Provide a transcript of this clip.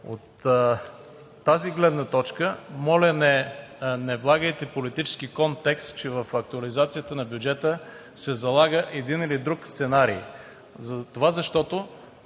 От тази гледна точка, моля, не влагайте политически контекст, че в актуализацията на бюджета се залага един или друг сценарий, защото